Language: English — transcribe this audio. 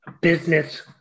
business